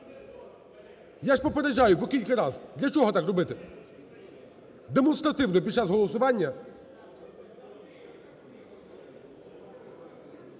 Я ж попереджаю по кілька раз. Для чого так робити? Демонстративно під час голосування…